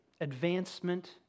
advancement